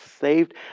saved